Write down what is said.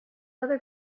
other